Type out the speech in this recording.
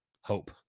hope